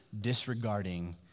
disregarding